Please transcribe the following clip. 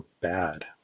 bad